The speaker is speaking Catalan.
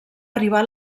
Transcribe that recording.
arribar